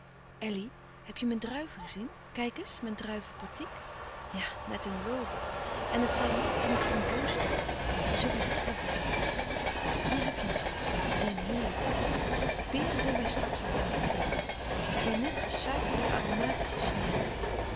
elly heb je mijn druiven gezien kijk eens mijn druiven portiek ja net een laube en het zijn van die framboze druiven we zullen ze proeven hier heb je een tros ze zijn heerlijk de peren zullen wij straks aan tafel eten die zijn net gesuikerde aromatische sneeuw